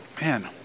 Man